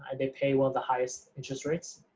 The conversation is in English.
and they pay well, the highest interest rates